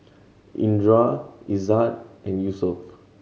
Indra Izzat and Yusuf